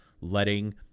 letting